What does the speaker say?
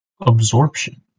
absorption